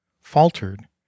Faltered